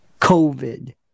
COVID